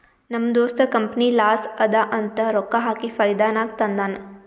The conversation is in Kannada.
ನಮ್ ದೋಸ್ತ ಕಂಪನಿ ಲಾಸ್ ಅದಾ ಅಂತ ರೊಕ್ಕಾ ಹಾಕಿ ಫೈದಾ ನಾಗ್ ತಂದಾನ್